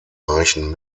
reichen